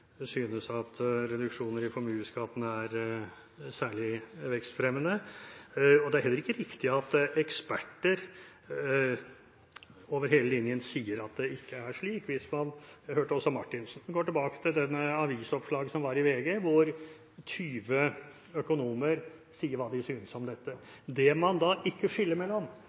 ikke synes at reduksjoner av formuesskatten er særlig vekstfremmende. Det er heller ikke riktig at eksperter over hele linjen sier at det er slik, som også Marianne Marthinsen sa. La meg gå tilbake til avisoppslaget som var i VG, hvor 20 økonomer sier hva de synes om dette. Det man da ikke skiller mellom,